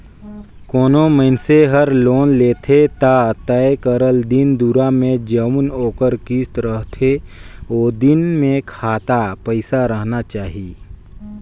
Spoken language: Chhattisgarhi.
कोनो मइनसे हर लोन लेथे ता तय करल दिन दुरा में जउन ओकर किस्त रहथे ओ दिन में खाता पइसा राहना चाही